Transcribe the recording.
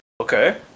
Okay